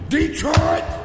Detroit